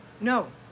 no